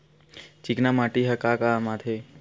चिकना माटी ह का काम आथे?